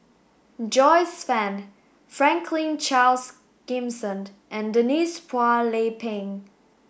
Joyce Fan Franklin Charles Gimson and Denise Phua Lay Peng